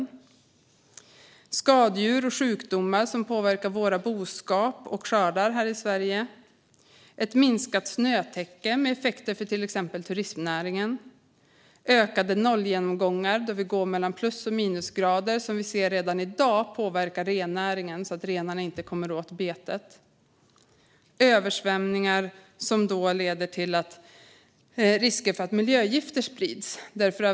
Vi får skadedjur och sjukdomar som påverkar vår boskap och våra skördar här i Sverige, ett minskat snötäcke med effekter för till exempel turistnäringen, ökade nollgenomgångar, där vi går mellan plus och minusgrader som vi ser redan i dag påverkar rennäringen så att renarna inte kommer åt betet, översvämningar som leder till risker för att miljögifter sprids.